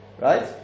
Right